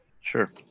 sure